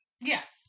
Yes